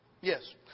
Yes